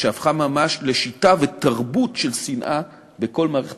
שהפכה ממש לשיטה ותרבות של שנאה בכל מערכת